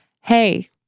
hey